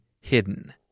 hidden